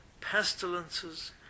pestilences